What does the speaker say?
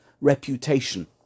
reputation